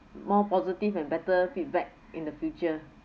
more positive and better feedback in the future